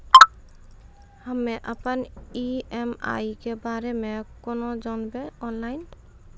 हम्मे अपन ई.एम.आई के बारे मे कूना जानबै, ऑनलाइन?